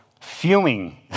fuming